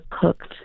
cooked